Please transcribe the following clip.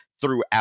throughout